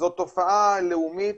זו תופעה לאומית,